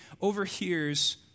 overhears